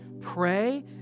pray